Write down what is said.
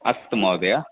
अस्तु महोदय